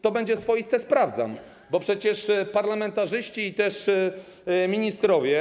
To będzie swoiste: sprawdzam, bo przecież parlamentarzyści i ministrowie.